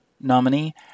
nominee